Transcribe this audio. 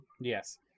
Yes